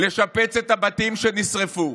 לשפץ את הבתים שנשרפו,